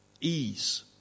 Ease